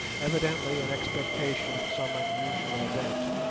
evidently in expectation of some unusual event,